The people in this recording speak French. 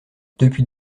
depuis